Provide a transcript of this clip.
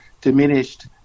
diminished